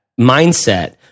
mindset